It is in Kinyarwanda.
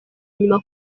nyuma